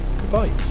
goodbye